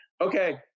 Okay